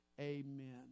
Amen